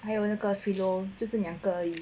还有那个 philo 就这两个而已